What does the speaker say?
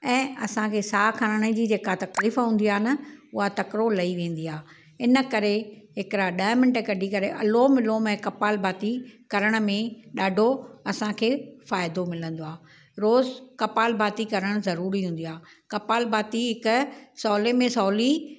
ऐं असांखे साहु खणण जी जेकी तकलीफ़ हूंदी आहे न उहा तकिड़ो लही वेंदी आहे हिन करे हिकिड़ा ॾह मिन्ट कढी करे अलोम विलोम ऐं कपाल भाती करण में ॾाढो असांखे फ़ाइदो मिलंदो आहे रोज़ु कपाल भाती करणु ज़रूरी हूंदी आहे कपाल भाती हिकु सहूले में सहूली